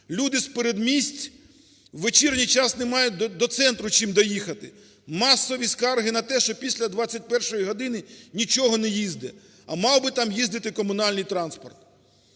люди з передмість у вечірній час не мають до центру чим доїхати, масові скарги на те, що після 21 години нічого не їздить, а мав би там їздити комунальний транспорт.